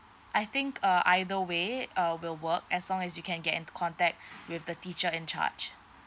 I think err either way uh will work as long as you can get in contact with the teacher in charge